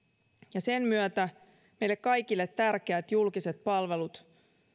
ja sen myötä meille kaikille tärkeät julkiset palvelut